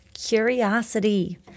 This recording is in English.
curiosity